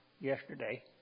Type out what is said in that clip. yesterday